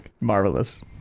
Marvelous